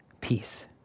peace